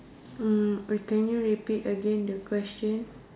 mm can you repeat again the question